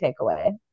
takeaway